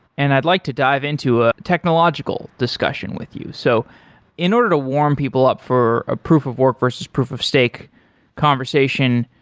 and i'd like to dive into ah technological discussion with you. so in order to warm people up for a proof of work versus proof of stake conversation,